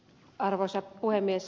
arvoisa puhemies